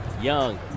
Young